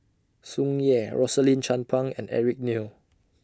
Tsung Yeh Rosaline Chan Pang and Eric Neo